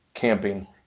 Camping